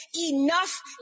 enough